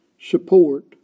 support